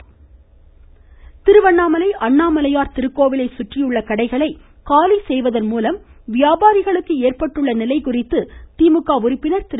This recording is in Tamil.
சுற்றுலாத்துறை கவனாா்ப்பு திருவண்ணாமலை அண்ணாமலையார் திருக்கோவிலை சுற்றியுள்ள கடைகளை காலி செய்வதன் மூலம் வியாபாரிகளுக்கு ஏற்பட்டுள்ள நிலை குறித்து திமுக உறுப்பினர் திரு